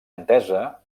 entesa